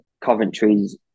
Coventry's